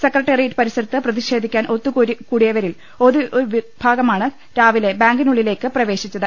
secretariat പരിസരത്ത് പ്രതിഷേധിക്കാൻ ഒത്തുകൂടിയവരിൽ ഒരുവി ഭാഗമാണ് രാവിലെ ബാങ്കിനുള്ളിലേക്ക് പ്രവേശിച്ചത്